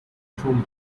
told